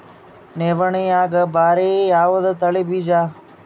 ನವಣಿಯಾಗ ಭಾರಿ ಯಾವದ ತಳಿ ಬೀಜ?